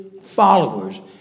followers